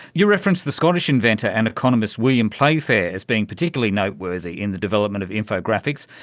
you reference the scottish inventor and economist william playfair as being particularly noteworthy in the development of infographics.